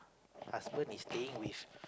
husband is staying with